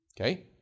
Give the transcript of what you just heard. Okay